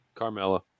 Carmella